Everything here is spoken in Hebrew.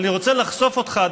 אבל אני רוצה לחשוף אותך,